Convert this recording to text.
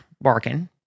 barking